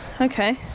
okay